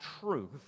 truth